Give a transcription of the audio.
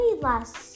last